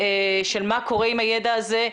מה קורה עם הידע הזה,